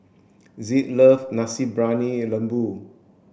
zed loves nasi briyani lembu